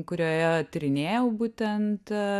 kurioje tyrinėjau būtent